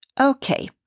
Okay